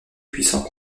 puissants